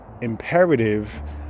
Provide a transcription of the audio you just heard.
imperative